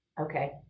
okay